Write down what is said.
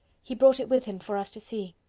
he brought it with him for us to see.